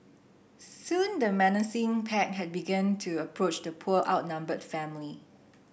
soon the menacing pack had began to approach the poor outnumbered family